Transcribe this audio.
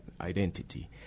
identity